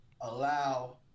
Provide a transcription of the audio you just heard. allow